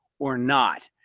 or not?